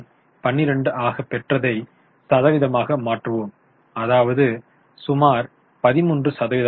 12 ஆக பெற்றதை சதவீதமாக மாற்றுவோம் அதாவது சுமார் 13 சதவீதமாகும்